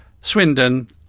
Swindon